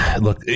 look